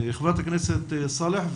חברת הכנסת סאלח,